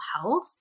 health